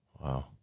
Wow